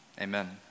Amen